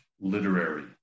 literary